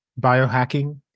biohacking